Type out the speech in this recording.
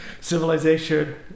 civilization